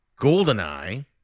GoldenEye